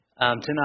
Tonight